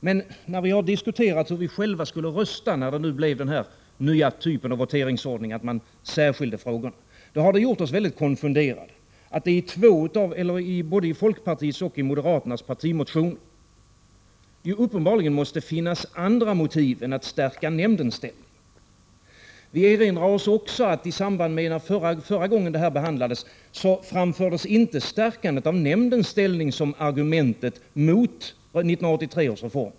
Men när vi har diskuterat hur vi själva skulle rösta i den nya typen av voteringsordning, som innebär att man särskiljer frågorna, har vi känt oss mycket konfunderade, eftersom motivet både för folkpartiets och för moderaternas partimotion uppenbarligen måste vara ett annat än att stärka nämndens ställning. Vi erinrade oss också att förra gången detta behandlades framfördes inte önskemålet om ett stärkande av nämndens ställning som argument mot 1983 års reform.